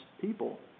people